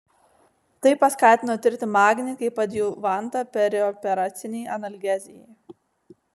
tai paskatino tirti magnį kaip adjuvantą perioperacinei analgezijai